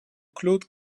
claude